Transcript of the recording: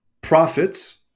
profits